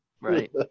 Right